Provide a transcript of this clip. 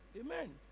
Amen